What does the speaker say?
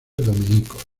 dominicos